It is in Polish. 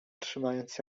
trzymając